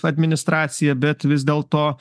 administracija bet vis dėlto